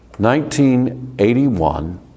1981